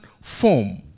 form